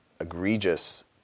egregious